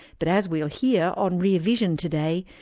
but as we'll hear on rear vision today,